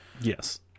Yes